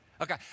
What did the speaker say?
Okay